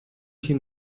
хэн